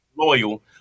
loyal